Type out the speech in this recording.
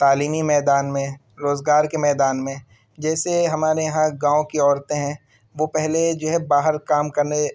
تعلیمی میدان میں روزگار کے میدان میں جیسے ہمارے یہاں گاؤں کی عورتیں ہیں وہ پہلے جو ہے باہر کام کرنے